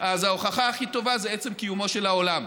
אז ההוכחה הכי טובה היא עצם קיומו של העולם.